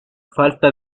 falta